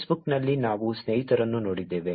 ಫೇಸ್ಬುಕ್ನಲ್ಲಿ ನಾವು ಸ್ನೇಹಿತರನ್ನು ನೋಡಿದ್ದೇವೆ